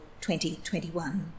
2021